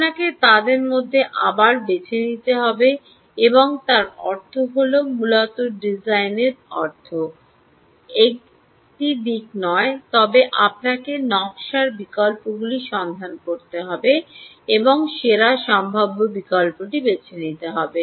আপনাকে তাদের মধ্যে আবার একটি বেছে নিতে হবে এবং তার অর্থ হল মূলত ডিজাইনের অর্থ কেবল একটি দিক নয় তবে আপনাকে নকশার বিকল্পগুলি সন্ধান করতে হবে এবং সেরা সম্ভাব্য বিকল্পটি বেছে নিতে হবে